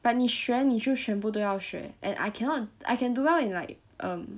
but 你学你就全部都要学 and I cannot I can do well in like um